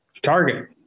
Target